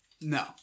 No